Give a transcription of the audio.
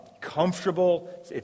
comfortable